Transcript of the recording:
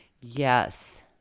Yes